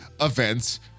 events